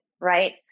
right